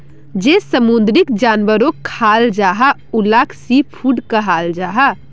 जेल समुंदरी जानवरोक खाल जाहा उलाक सी फ़ूड कहाल जाहा